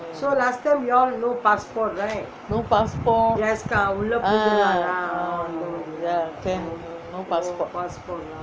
no passport ah can no passport